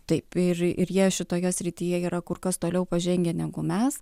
taip ir ir jie šitoje srityje yra kur kas toliau pažengę negu mes